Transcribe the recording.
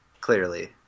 clearly